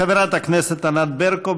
חברת הכנסת ענת ברקו,